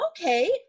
Okay